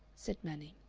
said manning.